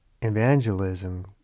evangelism